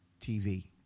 TV